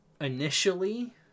initially